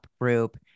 group